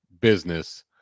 business